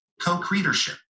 co-creatorship